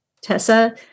Tessa